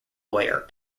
lawyer